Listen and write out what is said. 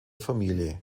familie